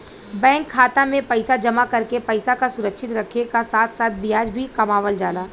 bank खाता में पैसा जमा करके पैसा क सुरक्षित रखे क साथ साथ ब्याज भी कमावल जाला